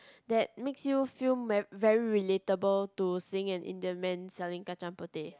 that makes you feel mer~ very relatable to seeing an Indian man selling kacang-puteh